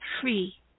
free